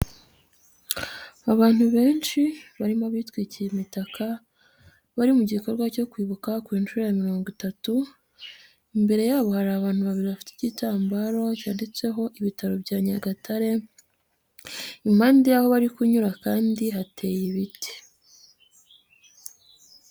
Abantu benshi barimo abitwikiye imitaka bari mu gikorwa cyo kwibuka ku nshuro mirongo itatu, imbere yabo hari abantu babiri bafite igitambara cyanditseho ibitaro bya Nyagatare, impande y'aho bari kunyura kandi hateye ibiti.